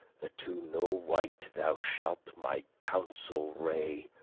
that to no wight thou shalt my counsel wray